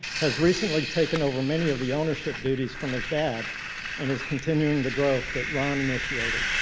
has recently taken over many of the ownership duties from his dad and is continuing the growth that ron initiated.